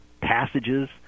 passages